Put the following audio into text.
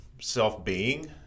self-being